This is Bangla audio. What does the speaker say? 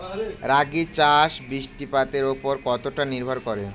রাগী চাষ বৃষ্টিপাতের ওপর কতটা নির্ভরশীল?